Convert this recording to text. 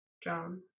John